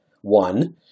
One